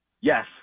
Yes